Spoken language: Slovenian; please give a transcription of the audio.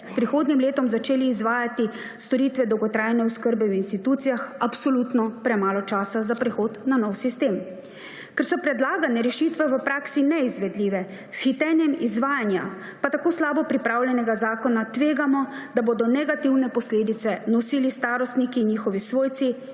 s prihodnjim letom začele izvajati storitve dolgotrajne oskrbe v institucijah, absolutno premalo časa za prehod na nov sistem. Ker so predlagane rešitve v praksi neizvedljive, s hitenjem izvajanja tako slabo pripravljenega zakona pa tvegamo, da bodo negativne posledice nosili starostniki in njihovi svojci,